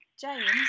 James